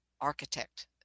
architect